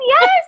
yes